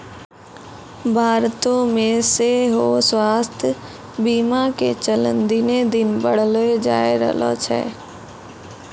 भारतो मे सेहो स्वास्थ्य बीमा के चलन दिने दिन बढ़ले जाय रहलो छै